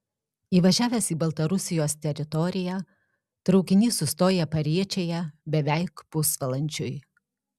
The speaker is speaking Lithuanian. įvažiavęs į baltarusijos teritoriją traukinys sustoja pariečėje beveik pusvalandžiui